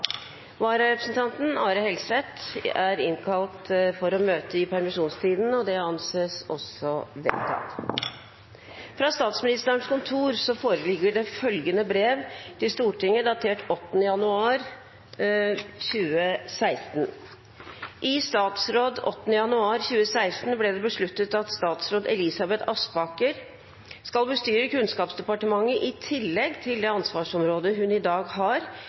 Vararepresentanten Are Helseth innkalles for å møte i permisjonstiden. Fra Statsministerens kontor foreligger det følgende brev til Stortinget datert 8. januar 2016: «I statsråd 8. januar 2016 ble det besluttet at statsråd Elisabeth Aspaker skal bestyre Kunnskapsdepartementet i tillegg til det ansvarsområdet hun i dag har